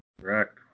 Correct